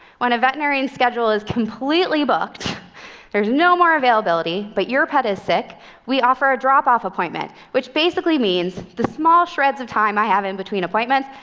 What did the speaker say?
when a veterinarian's schedule is completely booked there's no more availability, but your pet is sick we offer a drop-off appointment, which basically means the small shreds of time i have in between appointments,